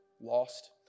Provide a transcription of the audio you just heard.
lost